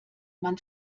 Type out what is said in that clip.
man